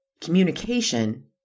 communication